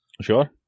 Sure